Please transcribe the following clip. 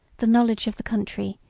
the knowledge of the country,